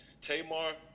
Tamar